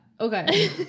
okay